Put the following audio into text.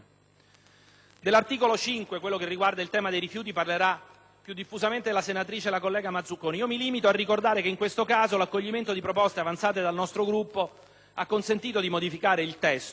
Dell'articolo 5, che riguarda il tema dei rifiuti, parlerà più diffusamente la collega Mazzuconi, io mi limito a ricordare che in questo caso l'accoglimento di proposte avanzate dal nostro Gruppo ha consentito di modificare il testo